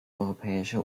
europäische